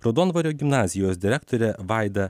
raudondvario gimnazijos direktorė vaida